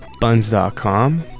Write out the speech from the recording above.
buns.com